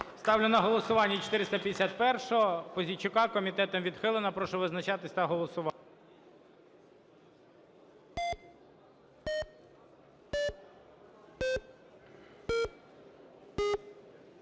Ставлю на голосування 451-у Пузійчука. Комітетом відхилена. Прошу визначатись та голосувати.